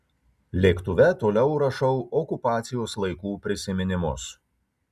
lėktuve toliau rašau okupacijos laikų prisiminimus